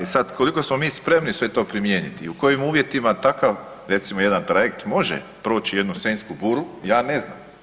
E sad, koliko smo mi spremni sve to primijeniti i u kojim uvjetima takav recimo jedan trajekt može proći jednu senjsku buru, ja ne znam.